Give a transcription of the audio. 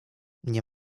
nie